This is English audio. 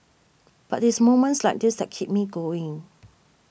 but it's moments like this that keep me going